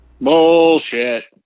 Bullshit